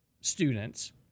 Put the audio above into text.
students